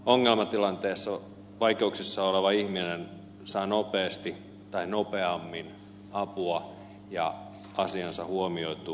silloin ongelmatilanteessa vaikeuksissa oleva ihminen saa nopeammin apua ja asiansa huomioitua